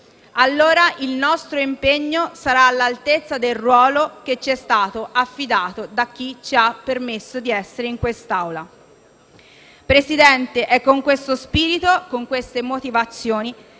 allora il nostro impegno sarà all'altezza del ruolo che ci è stato affidato da chi ci ha permesso di essere in quest'Aula. Signor Presidente, è con questo spirito e con queste motivazioni